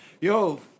yo